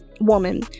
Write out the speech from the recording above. woman